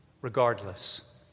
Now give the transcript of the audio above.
Regardless